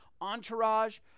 entourage